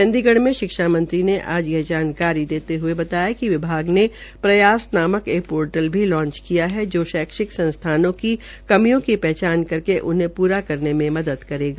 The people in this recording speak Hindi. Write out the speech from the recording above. चंडीगढ़ में शिक्षा ने आज यह जानकारी देते हये बताया कि विभाग ने प्रयास नामक एक पोर्टल भी लांख् किया है जो शैक्षिक संस्थानों की कमियों की पहचान करके उन्हें दूर करने में मदद करेगा